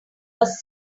was